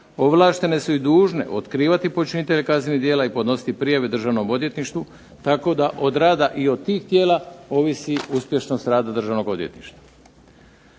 ovlaštene su i dužne otkrivati počinitelje kaznenih djela i podnositi prijave Državnom odvjetništvu tako da od rada i od tih tijela ovisi uspješnost rada Državnog odvjetništva.